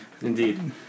Indeed